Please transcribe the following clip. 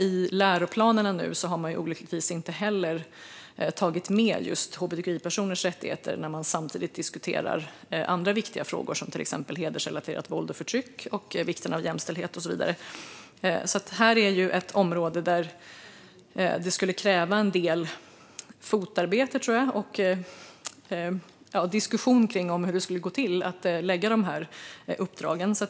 I läroplanerna nu har man olyckligtvis inte heller tagit med just hbtqi-personers rättigheter när man samtidigt diskuterar andra viktiga frågor, till exempel hedersrelaterat våld och förtryck, vikten av jämställdhet och så vidare. Här är ett område där det skulle krävas en del fotarbete och diskussion om hur det skulle gå till att ge dessa uppdrag.